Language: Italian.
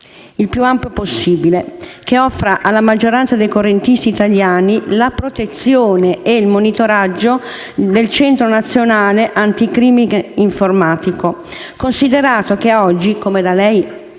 il più ampio possibile al fine di offrire alla maggioranza dei correntisti italiani la protezione e il monitoraggio del Centro nazionale anticrimine informatico, considerato che al momento - come da lei